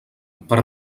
per